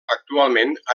actualment